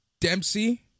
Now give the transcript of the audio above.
Dempsey